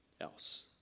else